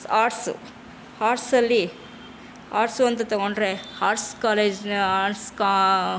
arts ಆರ್ಟ್ಸಲ್ಲಿ arts ಅಂತ ತಗೊಂಡರೆ ಆರ್ಟ್ಸ್ ಕಾಲೇಜನ್ನ ಆರ್ಟ್ಸ್ ಕಾ